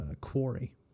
quarry